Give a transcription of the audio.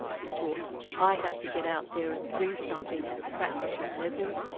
he thought i have to get out there and do something at a practical level,